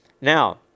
Now